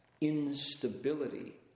instability